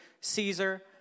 Caesar